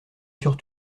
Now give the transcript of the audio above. sur